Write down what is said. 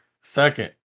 Second